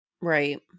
Right